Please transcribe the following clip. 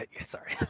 Sorry